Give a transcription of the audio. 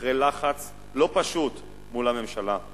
אחרי לחץ לא פשוט מול הממשלה,